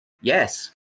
Yes